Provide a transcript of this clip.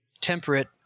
temperate